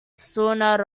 soon